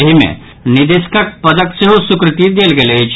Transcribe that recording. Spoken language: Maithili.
एहि मे निदेशकक पदक सेहो स्वीकृति देल गेल अछि